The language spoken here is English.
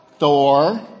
Thor